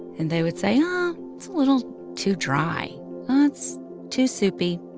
and they would say, um it's a little too dry ah it's too soupy,